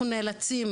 אנחנו נאלצים,